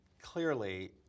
clearly